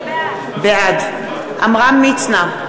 בעד עמרם מצנע,